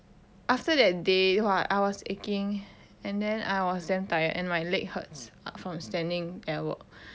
after that day !wah! I was aching and then I was damn tired and my leg hurts from standing at work